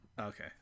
Okay